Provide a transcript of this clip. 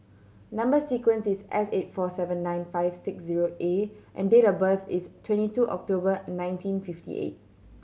number sequence is S eight four seven nine five six zero A and date of birth is twenty two October nineteen fifty eight